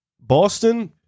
Boston